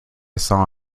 saw